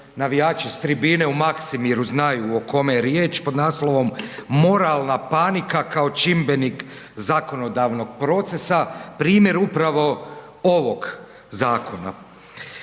navijači s tribine u Maksimiru znaju o kome je riječ, pod naslovom „Moralna panika kao čimbenik zakonodavnog procesa“ primjer upravo ovog zakona.